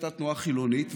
הייתה תנועה חילונית,